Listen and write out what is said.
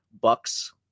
Bucks